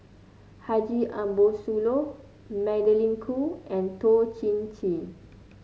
Haji Ambo Sooloh Magdalene Khoo and Toh Chin Chye